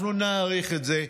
אנחנו נעריך את זה.